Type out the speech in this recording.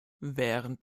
während